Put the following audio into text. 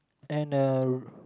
and a r~